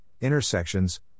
intersections